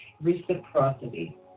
reciprocity